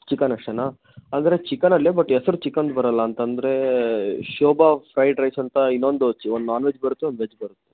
chicken ಅಷ್ಟೇನಾ ಅಂದರೆ chicken ಅಲ್ಲಿ ಬಟ್ ಹೆಸ್ರು ಚಿಕನ್ದು ಬರಲ್ಲ ಅಂತ ಅಂದ್ರೆ ಶೋಭಾ ಫ್ರೈಡ್ ರೈಸ್ ಅಂತ ಇನ್ನೊಂದು ಚಿ ಒಂದು ನಾನ್ ವೆಜ್ ಬರುತ್ತೆ ಒಂದು ವೆಜ್ ಬರ್